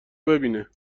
ببینه